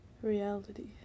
Reality